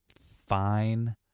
fine